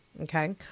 Okay